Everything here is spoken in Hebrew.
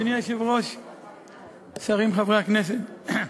אדוני היושב-ראש, שרים, חברי הכנסת,